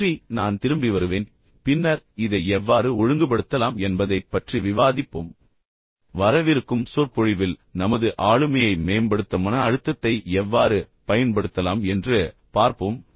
நன்றி நான் திரும்பி வருவேன் பின்னர் இதை எவ்வாறு ஒழுங்குபடுத்தலாம் என்பதைப் பற்றி விவாதிப்போம் வரவிருக்கும் சொற்பொழிவில் நமது ஆளுமையை மேம்படுத்த மன அழுத்தத்தை எவ்வாறு பயன்படுத்தலாம் என்று பார்ப்போம்